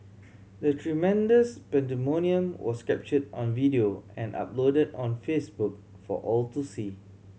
the tremendous pandemonium was captured on video and uploaded on Facebook for all to see